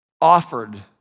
offered